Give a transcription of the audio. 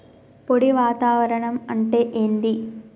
పొడి వాతావరణం అంటే ఏంది?